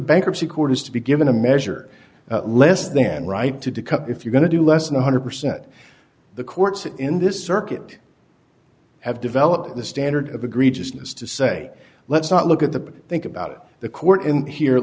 bankruptcy court is to be given a measure less than right to the cup if you're going to do less than one hundred percent the courts in this circuit have developed the standard of agree just as to say let's not look at the think about the court in he